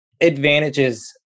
advantages